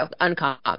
uncommon